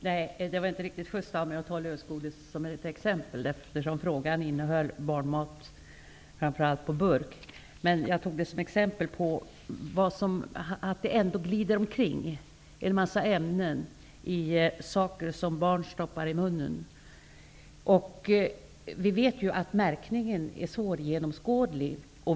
Herr talman! Det var kanske inte riktigt sjyst av mig att ta upp lösgodis som exempel, eftersom frågan gällde framför allt barnmat på burk. Men jag tog det som exempel på att det glider omkring en massa ämnen i saker som barn stoppar i munnen. Vi vet också att märkningen är svårgenomskådlig.